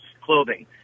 clothing